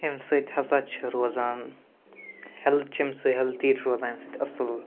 اَمہِ سۭتۍ ہسا چھِ روزان ہیٚلٕتھ چھِ اَمہِ سۭتۍ ہیٚلدی روزان اَمہِ سۭتۍ اصٕل